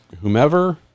whomever